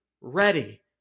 ready